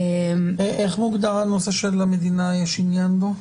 --- איך מוגדר הנושא שלמדינה יש עניין בו?